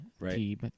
Right